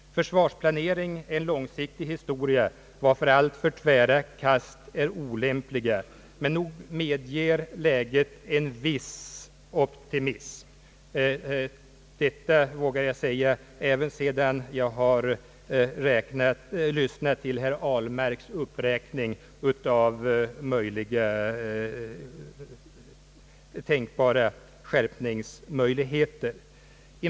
Försvarsplanering är något som sker på lång sikt, varför alltför tvära kast är olämpliga, men nog medger läget en viss optimism. Detta vågar jag hävda även sedan jag lyssnat till herr Ahlmarks uppräkning av tänkbara skärpningsmöjligheter.